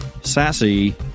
sassy